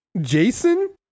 Jason